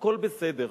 הכול בסדר,